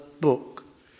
book